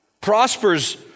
Prospers